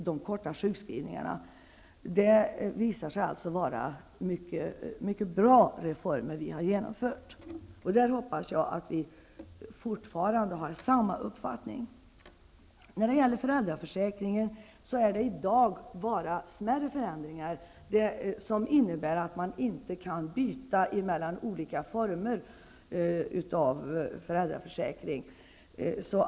De reformer som vi har genomfört har alltså visat sig vara mycket bra reformer. Jag hoppas att vi alla fortfarande har samma uppfattning på den punkten. Inom föräldraförsäkringen är det i dag bara fråga om smärre förändringar som innebär att man inte kan byta mellan olika former av föräldraförsäkringen.